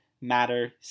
matter